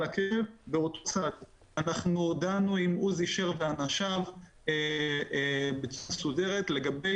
אנחנו דנו עם עוזי שר ואנשיו בצורה מסודרת לגבי